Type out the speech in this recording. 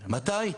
מתי?